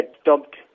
stopped